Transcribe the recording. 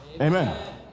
Amen